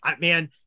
man